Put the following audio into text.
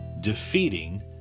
defeating